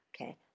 Okay